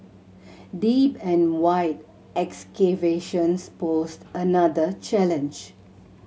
deep and wide excavations posed another challenge